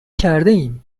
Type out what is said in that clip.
کردهایم